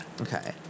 okay